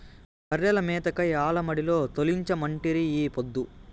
బర్రెల మేతకై ఆల మడిలో తోలించమంటిరి ఈ పొద్దు